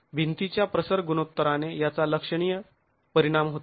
तर भिंतीच्या प्रसर गुणोत्तराने याचा लक्षणीय परिणाम होतो